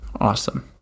Awesome